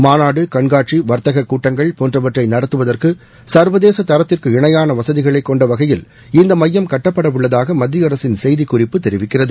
மாநாடு கண்காட்சி வர்த்தக கூட்டங்கள் போன்றவற்றை நடத்துவதற்கு சர்வதேச தரத்திற்கு இணையான வசதிகளை கொண்ட வகையில் இந்தமையம் கட்டப்படவுள்ளதாக மத்தியஅரசின் செய்திக்குறிப்பு தெரிவிக்கிறது